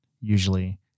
usually